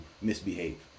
misbehave